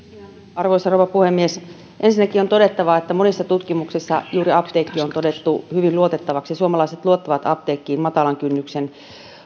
arvoisa rouva puhemies ensinnäkin on todettava että monissa tutkimuksissa juuri apteekki on todettu hyvin luotettavaksi suomalaiset luottavat apteekkiin matalan kynnyksen